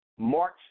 March